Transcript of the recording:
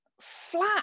flat